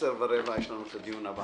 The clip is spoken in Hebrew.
הישיבה ננעלה